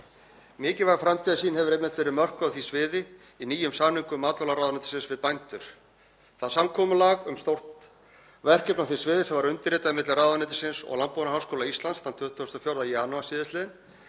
Mikilvæg framtíðarsýn hefur einmitt verið mörkuð á því sviði í nýjum samningum matvælaráðuneytisins við bændur. Það samkomulag um stórt verkefni á því sviði sem var undirritað milli ráðuneytisins og Landbúnaðarháskóla Íslands þann 24. janúar síðastliðinn